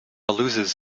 loses